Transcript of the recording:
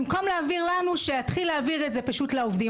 במקום להעביר לנו שיתחיל להעביר את זה לעובדים